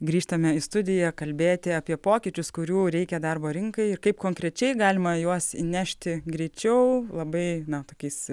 grįžtame į studiją kalbėti apie pokyčius kurių reikia darbo rinkai ir kaip konkrečiai galima juos įnešti greičiau labai na tokiais